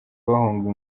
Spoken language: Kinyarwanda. bahunga